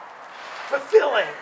fulfilling